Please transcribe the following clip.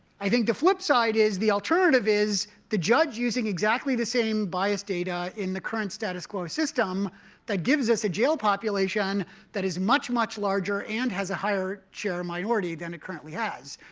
i think the flip side is, the alternative is the judge using exactly the same biased data in the current status quo system that gives us a jail population that is much, much larger and has a higher share of minority than it currently has.